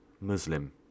Muslim